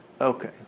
Okay